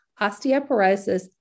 osteoporosis